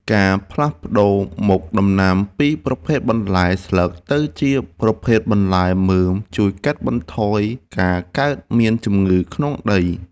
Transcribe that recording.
ការផ្លាស់ប្តូរមុខដំណាំពីប្រភេទបន្លែស្លឹកទៅជាប្រភេទបន្លែមើមជួយកាត់បន្ថយការកើតមានជំងឺក្នុងដី។